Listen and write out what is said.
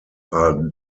are